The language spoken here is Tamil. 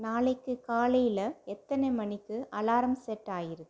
நாளைக்கு காலையில் எத்தனை மணிக்கு அலாரம் செட் ஆகியிருக்கு